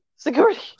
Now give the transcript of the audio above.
Security